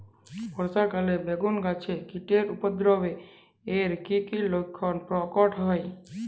বর্ষা কালে বেগুন গাছে কীটের উপদ্রবে এর কী কী লক্ষণ প্রকট হয়?